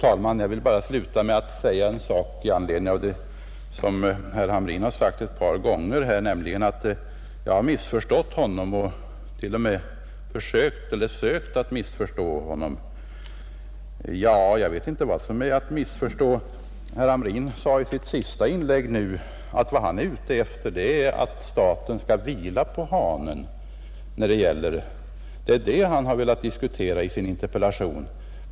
Fru talman! Herr Hamrin har sagt ett par gånger att jag har missförstått honom, t.o.m. att jag har sökt missförstå honom. Jag vet inte vad som är att missförstå. Herr Hamrin sade i sitt senaste inlägg att vad han är ute efter är att staten skall vila på hanen och att det är detta han har velat diskutera i sin interpellation.